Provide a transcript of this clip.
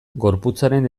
gorputzaren